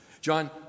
John